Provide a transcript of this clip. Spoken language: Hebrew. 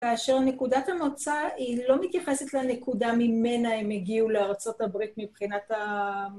כאשר נקודת המוצא היא לא מתייחסת לנקודה ממנה הם הגיעו לארה״ב מבחינת ה...